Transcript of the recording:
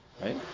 right